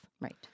Right